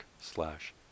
slash